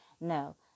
No